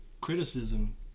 criticism